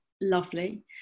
lovely